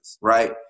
right